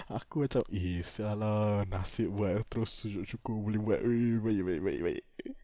aku macam eh sia lah nasib buat aku terus sujud syukur boleh buat !oi! baik baik baik baik